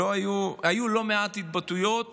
היו לא מעט התבטאויות